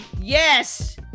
Yes